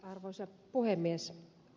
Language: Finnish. arvoisa puhemies